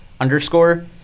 underscore